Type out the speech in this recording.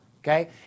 okay